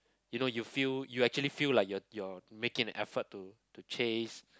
you know you feel you actually feel like you you're making an effort to to chase